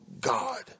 God